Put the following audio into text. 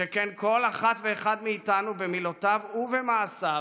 שכן כל אחת ואחד מאיתנו במילותיו ובמעשיו